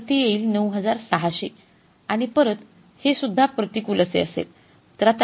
तर ते येईल ९६०० आणि परत हे सुद्धा प्रतिकूल असे असेल